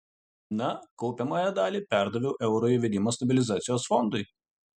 na kaupiamąją dalį perdaviau euro įvedimo stabilizacijos fondui